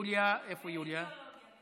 יוליה, איפה יוליה?